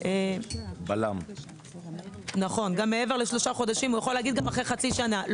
גם מעבר לשלושה חודשים או לחצי שנה הוא